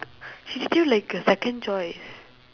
she treat you like a second choice